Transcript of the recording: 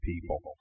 people